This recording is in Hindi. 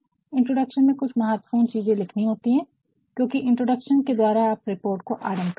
इंट्रोडक्शन में कुछ महत्वपूर्ण चीजें लिखनी होती हैं क्योंकि इंट्रोडक्शन के द्वारा आप रिपोर्ट को आरंभ कर रहे हैं